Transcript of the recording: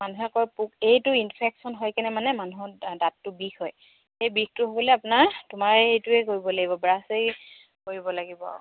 মানুহে কয় পোক এইটো ইনফেকশ্যন হয় কেনে মানে মানুহৰ দাঁতটো বিষ হয় সেই বিষটো হ'বলৈ আপোনাৰ তোমাৰ এইটোৱে কৰিব লাগিব ব্ৰাছই কৰিব লাগিব